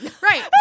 Right